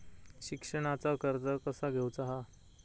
शिक्षणाचा कर्ज कसा घेऊचा हा?